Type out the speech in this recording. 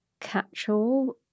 catch-all